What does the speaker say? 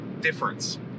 difference